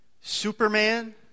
Superman